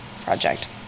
project